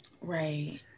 Right